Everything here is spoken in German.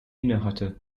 innehatte